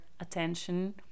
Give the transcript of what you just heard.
attention